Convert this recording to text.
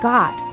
God